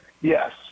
Yes